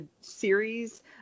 series